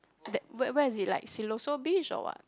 that where where is it like Siloso Beach or what